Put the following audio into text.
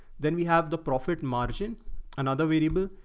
then we have the profit margin another variable.